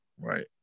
Right